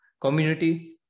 community